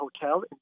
Hotel